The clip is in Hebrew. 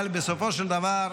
אבל בסופו של דבר,